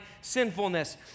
sinfulness